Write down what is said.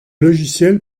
logiciel